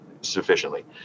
sufficiently